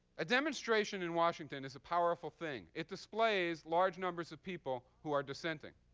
a demonstration in washington is a powerful thing. it displays large numbers of people who are dissenting.